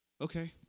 okay